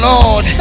Lord